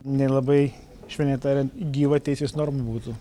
nelabai švelniai tariant gyvą teisės normų būtų